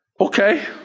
Okay